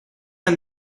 han